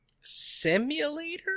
simulator